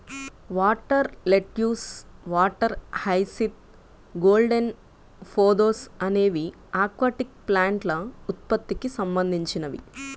water lettuce, water hyacinth, golden pothos అనేవి aquatic ప్లాంట్ల ఉత్పత్తికి సంబంధించినవి